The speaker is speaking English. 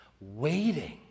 waiting